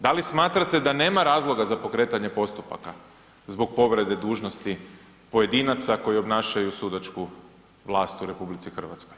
Da li smatrate da nema razloga za pokretanje postupaka zbog povrede dužnosti pojedinaca koji obnašaju sudačku vlast u RH?